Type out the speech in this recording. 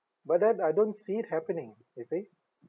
but then I don't see it happening you see